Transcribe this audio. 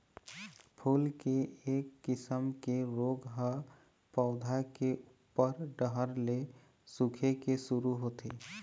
फूल के एक किसम के रोग ह पउधा के उप्पर डहर ले सूखे के शुरू होथे